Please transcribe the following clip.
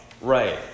Right